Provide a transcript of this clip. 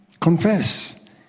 Confess